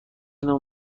نوع